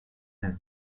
and